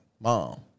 mom